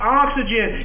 oxygen